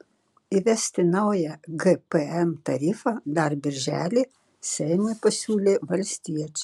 įvesti naują gpm tarifą dar birželį seimui pasiūlė valstiečiai